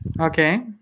Okay